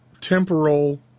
temporal